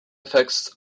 effects